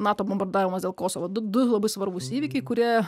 nato bombardavimas dėl kosovo du labai svarbūs įvykiai kurie